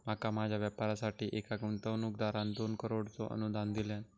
माका माझ्या व्यापारासाठी एका गुंतवणूकदारान दोन करोडचा अनुदान दिल्यान